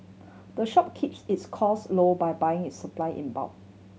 the shop keeps its cost low by buying its supply in bulk